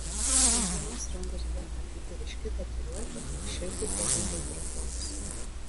ant vienos rankos buvo matyti ryški tatuiruotė širdį ėdantis drakonas